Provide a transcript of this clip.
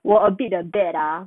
我 a bit the bad lah